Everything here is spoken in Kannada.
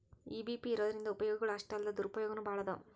ಇ.ಬಿ.ಪಿ ಇರೊದ್ರಿಂದಾ ಉಪಯೊಗಗಳು ಅಷ್ಟಾಲ್ದ ದುರುಪಯೊಗನೂ ಭಾಳದಾವ್